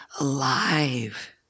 alive